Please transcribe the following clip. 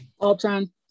Ultron